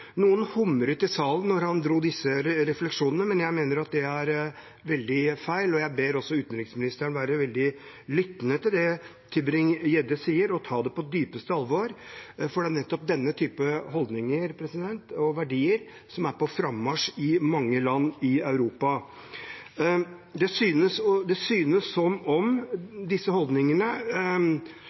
Noen humret i salen da han dro disse refleksjonene, men jeg mener at det er veldig feil. Jeg ber utenriksministeren være veldig lyttende til det Tybring-Gjedde sier, og ta det på dypeste alvor, for det er nettopp denne typen holdninger og verdier som er på frammarsj i mange land i Europa. Han har tro på at det